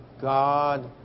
God